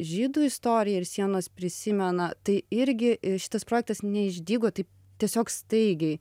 žydų istorija ir sienos prisimena tai irgi i šitas projektas neišdygo taip tiesiog staigiai